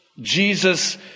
Jesus